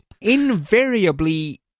Invariably